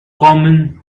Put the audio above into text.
common